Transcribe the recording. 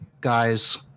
guys